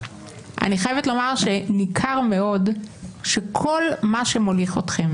אני חייבת לומר שניכר מאוד שכל מה שמוליך אתכם